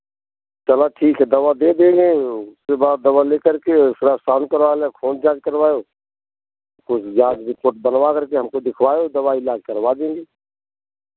चलो ठीक है दवा दे देंगे उसके बाद दवा ले करके फिर शाम को आना खून जाँच करवाओ कुछ जाँच रिपोर्ट बनवा करके हमको दिखाओ दवाई इलाज करवा देंगे